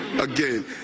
again